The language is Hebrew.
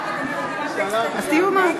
נגד אברהם